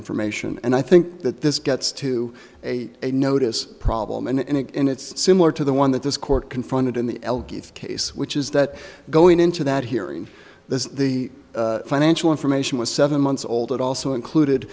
information and i think that this gets to a a notice problem and in it and it's similar to the one that this court confronted in the l good case which is that going into that hearing this the financial information was seven months old it also included